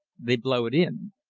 they blow it in.